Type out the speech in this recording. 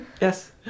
Yes